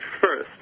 first